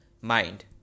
mind